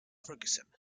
ferguson